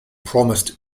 promised